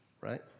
Right